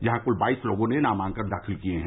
यहां कुल बाईस लोगों ने नामांकन दाखिल किये हैं